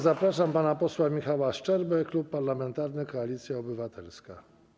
Zapraszam pana posła Michała Szczerbę, Klub Parlamentarny Koalicja Obywatelska.